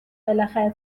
بالاخره